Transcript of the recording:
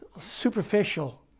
superficial